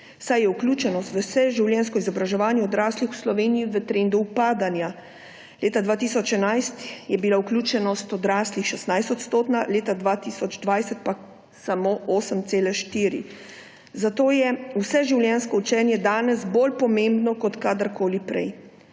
saj je vključenost v vseživljenjsko izobraževanje odraslih v Sloveniji v trendu upadanja. Leta 2011 je bila vključenost odraslih 16- odstotna, leta 2020 pa samo 8,4-odstotna. Zato je vseživljenjsko učenje danes bolj pomembno kot kadarkoli prej.